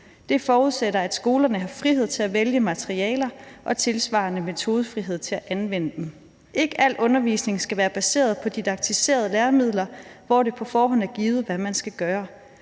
Det forudsætter, at skolerne har frihed til at vælge materialer – og tilsvarende metodefrihed til at anvende dem. Ikke al undervisning skal være baseret på didaktiserende læremidler, hvor det på forhånd er givet, hvad man skal gøre.